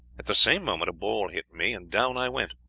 at the same moment a ball hit me, and down i went.